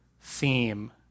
theme